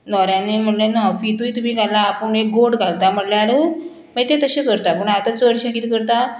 नोवऱ्यानय म्हणलें न्ह फितूय तुमी घाला आपूण एक गोट घालता म्हणल्यार मागीर तें तशें करता पूण आतां चडशें किदें करता